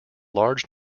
large